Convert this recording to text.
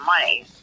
money